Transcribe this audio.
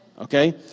Okay